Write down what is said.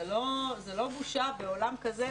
זה לא בושה בעולם כזה,